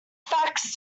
facts